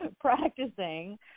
practicing